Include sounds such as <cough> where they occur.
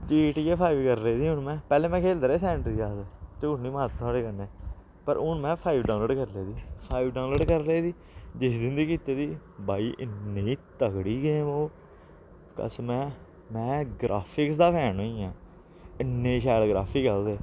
ji T A five बगैरा करी लेदियां हून में पैह्ले में खेलदे रेह् <unintelligible> आखदे झूठ निं मार थुआढ़े कन्नै पर हून में फाइव डाउनलोड करी लेदी फाइव डाउनलोड करी लेदी जिस दिन दी कीते दी भाई इन्नी तगड़ी गेम ओह् कसम में ऐ ग्राफिक्स दा फैन होई गेआं इन्ने शैल ग्राफिक ओह्दे